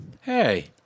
Hey